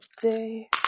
day